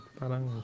parang